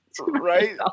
Right